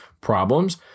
problems